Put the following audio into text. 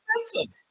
expensive